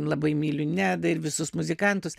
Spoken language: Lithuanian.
labai myliu nedą ir visus muzikantus